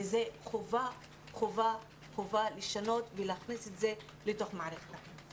וזו חובה לשנות ולהכניס את זה לתוך מערכת החינוך.